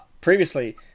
previously